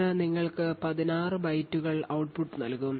അത് നിങ്ങൾക്ക് 16 ബൈറ്റുകൾ output നൽകും